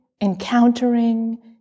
encountering